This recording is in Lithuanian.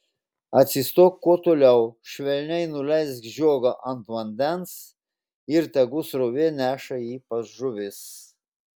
atsistok kuo toliau švelniai nuleisk žiogą ant vandens ir tegu srovė neša jį pas žuvis